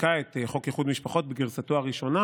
חוקקה את חוק איחוד משפחות בגרסתו הראשונה,